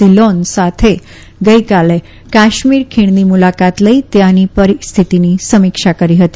ઘિલોન સાથે ગઈકાલે કાશ્મીર ખીણની મુલાકાત લઈ ત્યાંની પરિસ્થિતિની સમીક્ષા કરી હતી